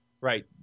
right